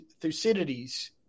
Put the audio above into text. Thucydides